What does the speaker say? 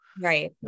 Right